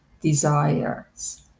desires